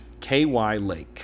KYLake